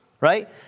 right